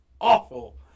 awful